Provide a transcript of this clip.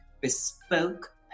bespoke